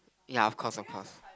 ya of course of course